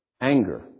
anger